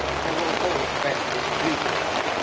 i will hold friends with you, lady.